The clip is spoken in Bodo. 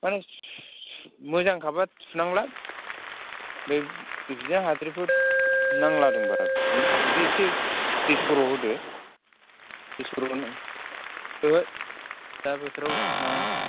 आरो मोजां खाब्ला सुनांला बै बिदिनो हाद्रिफोर नांलादोंबा सुदो एसे दै स'र' होदो दै स'र' ओहो दा बोथोराव सुनाङा